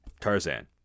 Tarzan